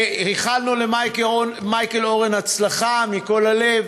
ואיחלנו למייקל אורן הצלחה מכל הלב.